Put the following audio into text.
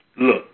Look